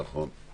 נכון.